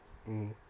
mm